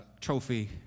trophy